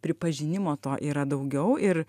pripažinimo to yra daugiau ir